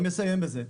אני מסיים בזה.